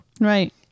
right